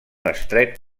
estret